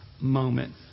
moment